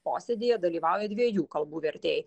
posėdyje dalyvauja dviejų kalbų vertėjai